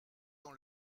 dans